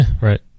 Right